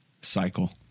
cycle